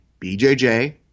BJJ